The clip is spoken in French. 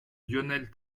lionel